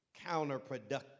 counterproductive